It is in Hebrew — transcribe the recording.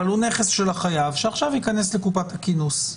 הוא נכס של החייב שעכשיו ייכנס לקופת הכינוס.